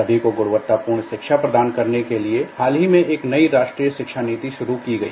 सभी को गुणवत्तापूर्ण शिक्षा प्रदान करने के लिए हाल ही में एक नयी शिक्षा नीति शुरू की गई